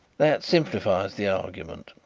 that simplifies the argument.